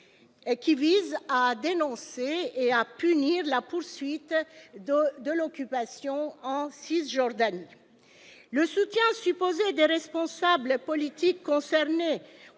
qui vise à dénoncer et à punir la poursuite de de l'occupation en Cisjordanie le soutien supposé des responsables politiques concernés